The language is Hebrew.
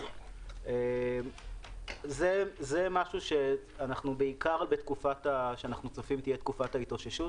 זה משהו שאנחנו בעיקר צופים שתהיה בתקופת ההתאוששות.